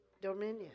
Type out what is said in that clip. dominion